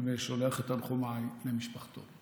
ושולח את תנחומיי למשפחתו.